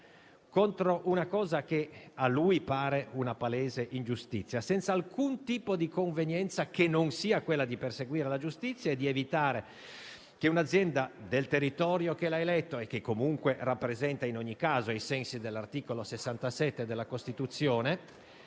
contro una vicenda che a lui pare una palese ingiustizia, senza alcun tipo di convenienza che non sia quella di perseguire la giustizia per un'azienda del territorio che l'ha eletto e che in ogni caso egli rappresenta (ai sensi dell'articolo 67 della Costituzione),